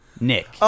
Nick